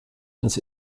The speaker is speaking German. ins